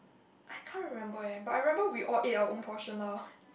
I can't remember eh but I remember we all ate our own portion lah